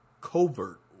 covert